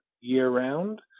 year-round